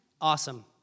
Awesome